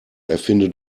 erfinde